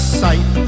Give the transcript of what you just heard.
sight